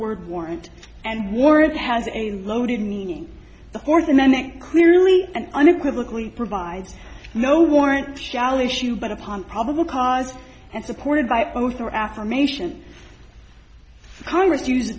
word warrant and word has a loaded meaning the fourth amendment clearly and unequivocally provides no warrant shall issue but upon probable cause and supported by oath or affirmation congress use